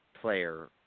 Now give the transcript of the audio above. player